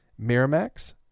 Miramax